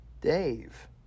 Dave